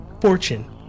fortune